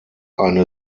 eine